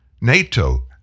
NATO